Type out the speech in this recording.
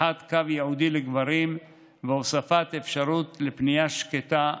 פתיחת קו ייעודי לגברים והוספת אפשרות לפנייה שקטה,